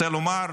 רוצה לומר,